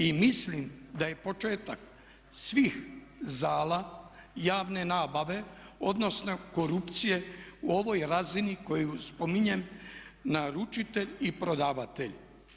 I mislim da je početak svih zala javne nabave odnosno korupcije u ovoj razini koju spominjem naručitelj i prodavatelj.